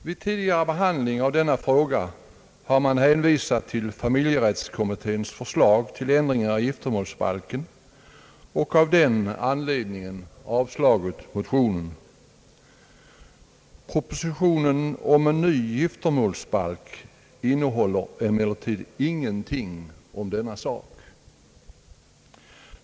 Vid tidigare behandling av denna fråga har man hänvisat till familjerättskommitténs förslag till ändringar i giftermålsbalken och av den anledningen avslagit motionen. Propositionen om en ny giftermålsbalk innehåller emellertid ingenting om denna sak.